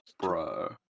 bro